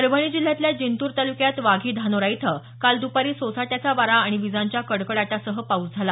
परभणी जिल्ह्यातल्या जिंतूर तालुक्यात वाघी धानोरा इथं काल दुपारी सोसाट्याचा वारा आणि विजांच्या कडकडाटासह पाऊस झाला